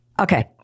Okay